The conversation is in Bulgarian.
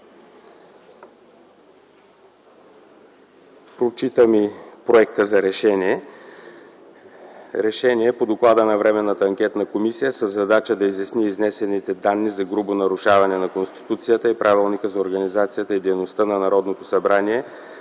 Прочитам и проекта за решение: „РЕШЕНИЕ По доклада на Временната анкетна комисия със задача да изясни изнесените данни за грубо нарушаване на Конституцията и Правилника за организацията и дейността на Народното събрание